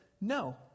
No